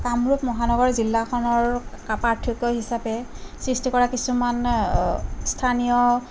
কামৰূপ মহানগৰ জিলাখনৰ পাৰ্থক্য হিচাপে সৃষ্টি কৰা কিছুমান স্থানীয়